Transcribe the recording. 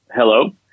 Hello